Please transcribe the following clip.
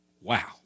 Wow